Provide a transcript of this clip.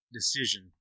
decision